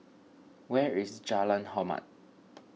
where is Jalan Hormat